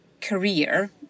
career